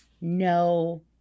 no